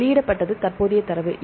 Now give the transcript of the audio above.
வெளியிடப்பட்டது தற்போதைய தரவு